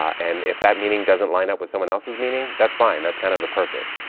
and if that meaning doesn't line up with someone else's meaning, that's fine. that's kind of the purpose.